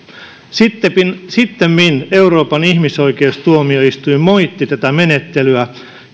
sittemmin euroopan ihmisoikeustuomioistuin moitti tätä menettelyä